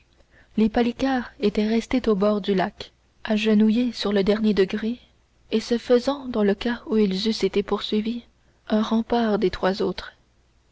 les palicares étaient restés au bord du lac agenouillés sur le dernier degré et se faisant dans le cas où ils eussent été poursuivis un rempart des trois autres